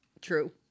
True